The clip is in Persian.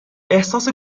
احساس